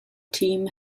team